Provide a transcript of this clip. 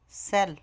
cell